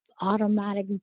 automatic